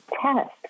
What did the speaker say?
test